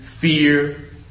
fear